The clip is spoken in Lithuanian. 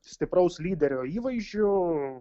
stipraus lyderio įvaizdžiu